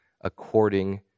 according